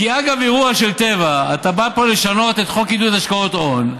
אגב האירוע של טבע אתה בא פה לשנות את חוק עידוד השקעות הון.